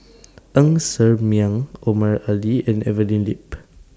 Ng Ser Miang Omar Ali and Evelyn Lip